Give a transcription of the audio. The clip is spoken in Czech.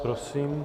Prosím.